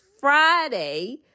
Friday